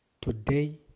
today